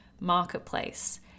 Marketplace